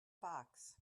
box